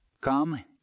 Come